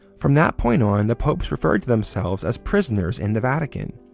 from that point on, the popes referred to themselves as prisoners in the vatican.